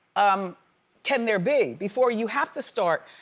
um can there be, before you have to start,